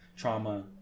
Trauma